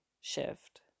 shift